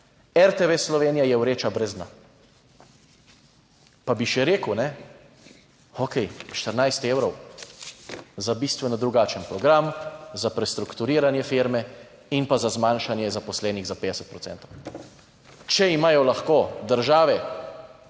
RTV Slovenija je vreča brez dna. Pa bi še rekel, okej, 14 evrov za bistveno drugačen program za prestrukturiranje firme in pa za zmanjšanje zaposlenih za 50 %. Če imajo lahko države,